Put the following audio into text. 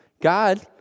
God